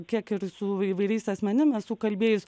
kiek ir su įvairiais asmenim esu kalbėjus